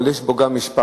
יש בו גם משפט.